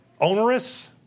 onerous